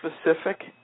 specific